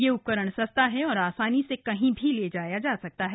यह उपकरण सस्ता है और आसानी से कहीं भी ले जाया जा सकता है